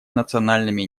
национальными